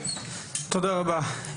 תודה רבה.